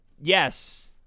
Yes